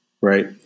right